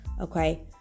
Okay